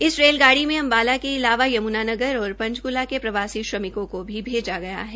इस रेलगाड़ी में अम्बाला के अलावा यमुनानगर और पंचक्ला के प्रवासी श्रमिकों को भी भेजा गया है